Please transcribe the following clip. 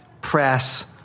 press